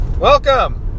Welcome